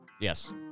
Yes